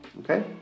Okay